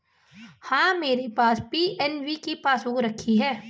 हाँ, मेरे पास पी.एन.बी की पासबुक रखी है